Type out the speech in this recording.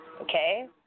Okay